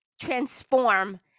transform